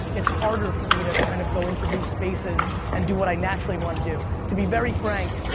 it's harder for me to kind of go into new spaces and do what i naturally want to do. to be very frank,